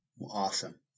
awesome